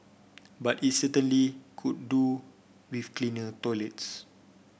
but it certainly could do with cleaner toilets